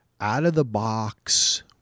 out-of-the-box